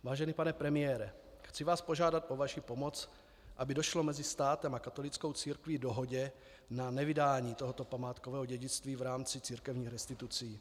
Vážený pane premiére, chci vás požádat o vaši pomoc, aby došlo mezi státem a katolickou církví k dohodě na nevydání tohoto památkového dědictví v rámci církevních restitucí.